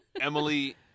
Emily